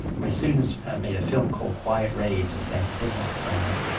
my students made a film called quiet rage the stanford prison experiment,